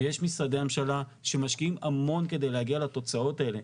ויש משרדי ממשלה שמשקיעים המון כדי להגיע לתוצאות האלה.